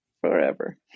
Forever